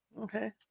Okay